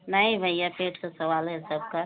नहीं भइया पेट का सवाल है सबका